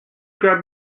grab